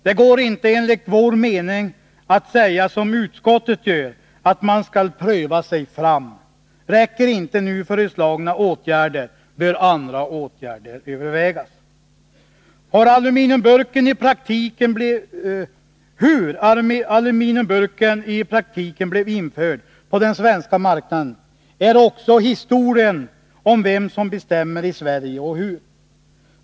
Det går inte, enligt vår mening, att säga som utskottet gör, att man skall pröva sig fram och om inte nu föreslagna åtgärder räcker bör andra åtgärder övervägas. Hur aluminiumburken i praktiken blev införd på den svenska marknaden, är också historien om vem som bestämmer i Sverige och hur.